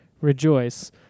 rejoice